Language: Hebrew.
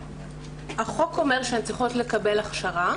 החוק אומר שהן צריכות לקבל הכשרה.